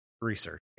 research